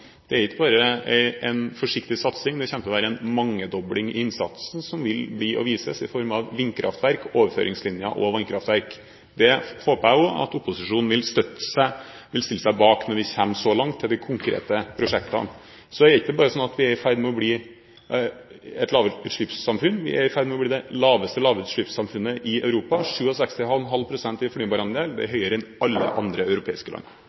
Det er ikke bare en forsiktig satsing, det kommer til å være en mangedobling av innsatsen som vil vise seg i form av vindkraftverk, overføringslinjer og vannkraftverk. Det håper jeg at opposisjonen vil stille seg bak når vi kommer så langt som til de konkrete prosjektene. Så er det sånn at vi er ikke bare i ferd med å bli et lavutslippssamfunn, vi er i ferd med å bli det «laveste» lavutslippssamfunnet i Europa – 67,5 pst. i fornybarandel er høyere enn alle andre europeiske land.